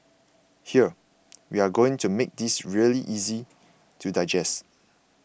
here we are going to make this really easy to digest